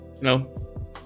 No